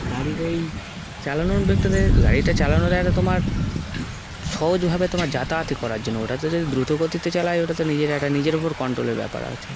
গাড়ির ওই চালানোর বগিটাতে গাড়িটা চালানোটা একটা তোমার সহজভাবে তোমার যাতায়াত করার জন্য ওটা তো যদি দ্রুতগতিতে চালায় ওটা তো নিজের একটা নিজের ওর কন্ট্রোলের ব্যাপার আছে